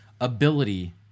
ability